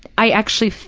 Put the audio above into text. i actually,